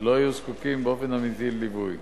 לא היו זקוקים באופן אמיתי לליווי.